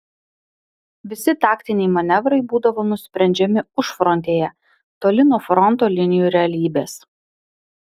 visi taktiniai manevrai būdavo nusprendžiami užfrontėje toli nuo fronto linijų realybės